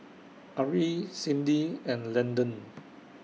Ari Cindy and Landon